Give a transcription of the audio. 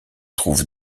trouve